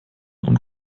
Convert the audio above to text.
und